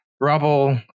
Rubble